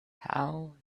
how